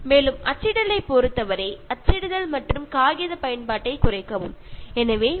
പ്രിന്റിങ്ങിന്റെ കാര്യമെടുത്താൽ കഴിയുന്നതും പ്രിന്റ് ചെയ്യുന്നത് ഒഴിവാക്കുക